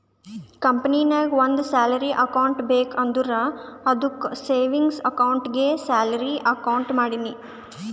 ಕಂಪನಿನಾಗ್ ಒಂದ್ salary account ಬೇಕ್ ಅಂದುರ್ ಅದ್ದುಕ್ ಸೇವಿಂಗ್ಸ್ ಅಕೌಂಟ್ಗೆ ಸ್ಯಾಲರಿ ಅಕೌಂಟ್ ಮಾಡಿನಿ